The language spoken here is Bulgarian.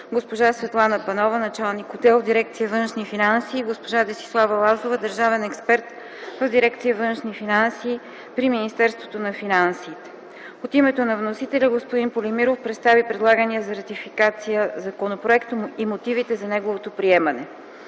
госпожа Светлана Панова – началник отдел в дирекция „Външни финанси”, и госпожа Десислава Лазова – държавен експерт в дирекция „Външни финанси” при Министерството на финансите. От името на вносителя, господин Полимиров представи предлагания за ратификация законопроект и мотивите за неговото приемане.